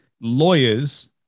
lawyers